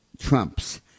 Trumps